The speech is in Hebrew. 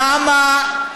למה,